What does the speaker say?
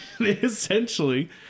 essentially